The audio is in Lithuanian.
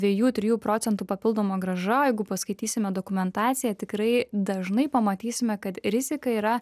dviejų trijų procentų papildoma grąža o jeigu paskaitysime dokumentaciją tikrai dažnai pamatysime kad rizika yra